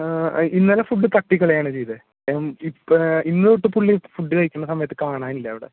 ഇന്നലെ ഫുഡ് തട്ടിക്കളയാണ് ചെയ്തത് ഇന്നുതൊട്ടു പുള്ളി ഫുഡ് കഴിക്കുന്ന സമയത്തു കാണാൻ ഇല്ല ഇവിടെ